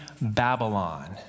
Babylon